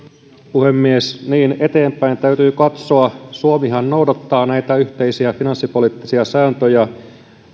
puhemies niin eteenpäin täytyy katsoa suomihan noudattaa näitä yhteisiä finanssipoliittisia sääntöjä